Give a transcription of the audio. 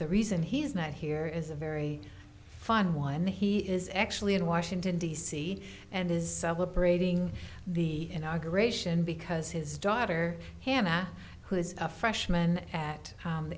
the reason he's not here is a very fun one he is actually in washington d c and is parading the inauguration because his daughter hannah who is a freshman at